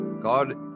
God